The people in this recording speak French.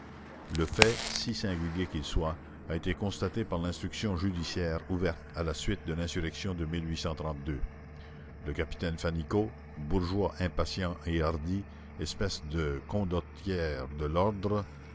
le fait si singulier qu'il soit a été constaté par l'instruction judiciaire ouverte à la suite de l'insurrection de le capitaine fannicot bourgeois impatient et hardi espèce de condottiere de l'ordre